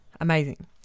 amazing